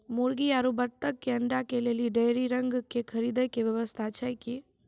मुर्गी आरु बत्तक के अंडा के लेली डेयरी रंग के खरीद के व्यवस्था छै कि?